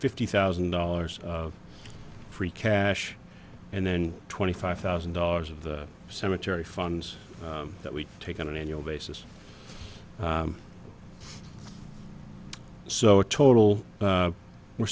fifty thousand dollars free cash and then twenty five thousand dollars of the cemetery funds that we take on an annual basis so a total we're